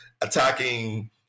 attacking